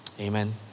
Amen